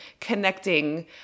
connecting